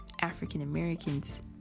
African-Americans